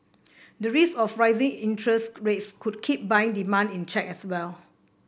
the risk of rising interest rates could keep buying demand in check as well